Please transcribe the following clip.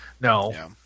no